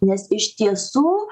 nes iš tiesų